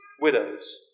widows